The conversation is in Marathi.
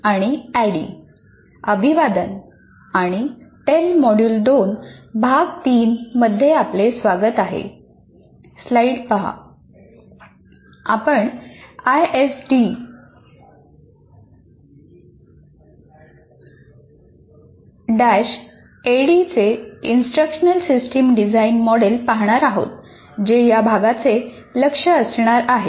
आपण आयडीडी ऍडीचे इंस्ट्रक्शनल सिस्टम डिझाइन मॉडेल पाहणार आहोत जे या भागाचे लक्ष असणार आहे